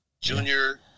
junior